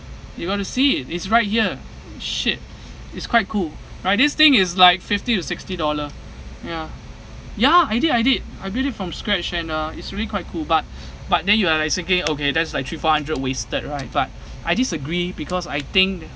you got to see it's right here shit it's quite cool right this thing is like fifty to sixty dollar ya ya I did I did I build it from scratch and uh it's really quite cool but but then you are like thinking okay there's like three four hundred wasted right but I disagree because I think